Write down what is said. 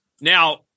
Now